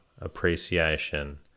appreciation